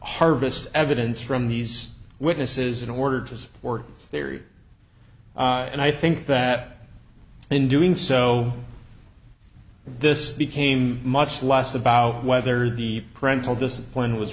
harvest evidence from these witnesses in order to support their ear and i think that in doing so this became much less about whether the printed discipline was